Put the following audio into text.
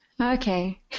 Okay